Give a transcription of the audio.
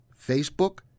Facebook